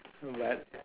but